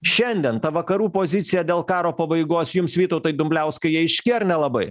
šiandien ta vakarų pozicija dėl karo pabaigos jums vytautai dumbliauskai ji aiški ar nelabai